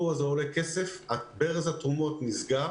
זה עולה כסף, ברז התרומות נסגר